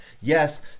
Yes